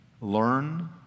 learn